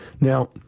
Now